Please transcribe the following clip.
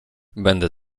będę